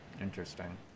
interesting